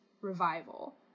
revival